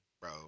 Bro